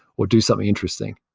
or do something interesting?